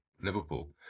Liverpool